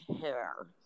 hair